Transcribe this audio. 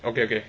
okay okay